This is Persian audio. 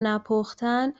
نپختن